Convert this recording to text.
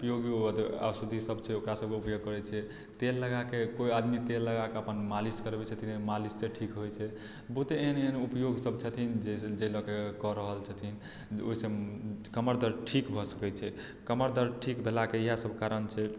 उपयोगी औषधी सभ छै ओकरा सभकेँ उपयोग करै छथिन तेल लगाके कोई आदमी तेल लगाके अपन मालिश करबै छथिन मालिश सॅं ठीक होइ छै बहुते एहन एहन उपयोग सभ छथिन जे लऽ कऽ कऽ रहल छथिन ओहिसॅं कमर दर्द ठीक भऽ सकै छै कमर दर्द ठीक भेलाकेँ इएह सभ कारण छै